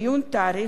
לסיכום,